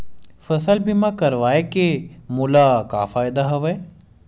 फसल बीमा करवाय के मोला का फ़ायदा हवय?